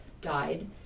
died